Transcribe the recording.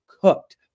cooked